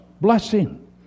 blessing